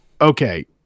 okay